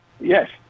Yes